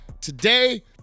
Today